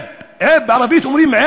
בערבית אומרים,